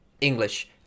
English